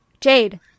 Jade